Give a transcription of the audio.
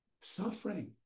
suffering